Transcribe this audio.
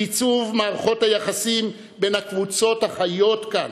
בעיצוב מערכות היחסים בין הקבוצות החיות כאן,